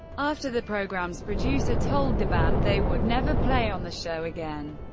after the program's producer told the band they would never play on the show again,